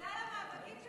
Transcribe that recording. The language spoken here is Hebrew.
הוא הודה על המאבקים,